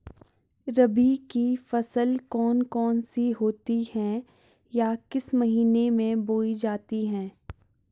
रबी की फसल कौन कौन सी होती हैं या किस महीने में बोई जाती हैं?